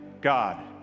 God